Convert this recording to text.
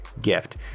gift